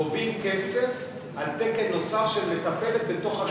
גובים כסף על תקן נוסף של מטפלת בתוך הגן.